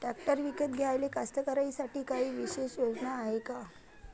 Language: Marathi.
ट्रॅक्टर विकत घ्याले कास्तकाराइसाठी कायी विशेष योजना हाय का?